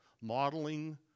modeling